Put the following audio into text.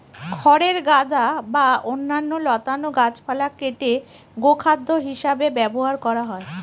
খড়ের গাদা বা অন্যান্য লতানো গাছপালা কেটে গোখাদ্য হিসাবে ব্যবহার করা হয়